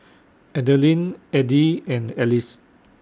Adilene Edie and Alys